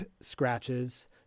scratches